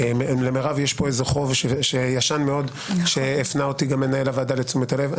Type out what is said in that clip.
למירב יש פה חוב ישן מאוד שהפנה אותי גם מנהל הוועדה לתשומת הלב.